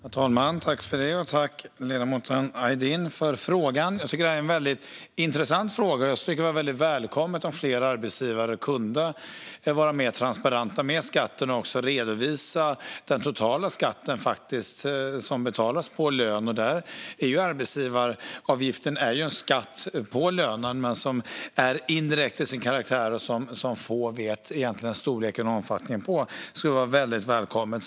Herr talman! Tack, ledamoten Aydin, för frågan! Jag tycker att det är en intressant fråga. Det skulle vara välkommet om fler arbetsgivare kunde vara mer transparenta med skatterna och faktiskt redovisa den totala skatten som betalas på lönen. Arbetsgivaravgiften är ju en skatt på lönen men indirekt till sin karaktär. Få vet storleken och omfattningen på den, så det skulle vara väldigt välkommet.